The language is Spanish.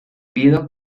pido